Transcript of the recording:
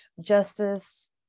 justice